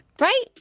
Right